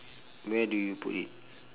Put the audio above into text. where do you put it